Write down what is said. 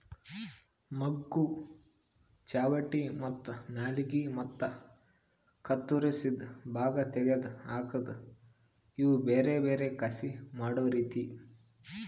ಮೊಗ್ಗು, ಚಾವಟಿ ಮತ್ತ ನಾಲಿಗೆ ಮತ್ತ ಕತ್ತುರಸಿದ್ ಭಾಗ ತೆಗೆದ್ ಹಾಕದ್ ಇವು ಬೇರೆ ಬೇರೆ ಕಸಿ ಮಾಡೋ ರೀತಿ